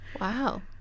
wow